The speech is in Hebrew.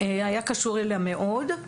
היה קשור אליה מאד.